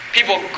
People